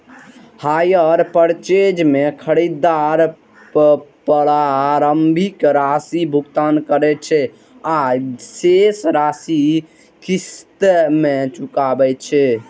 hire purchase मे खरीदार प्रारंभिक राशिक भुगतान करै छै आ शेष राशि किस्त मे चुकाबै छै